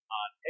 on